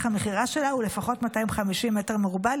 המכירה שלה הוא לפחות 250 מטר מרובע,